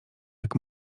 jak